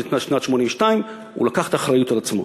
בשנת 1982. הוא לקח את האחריות על עצמו.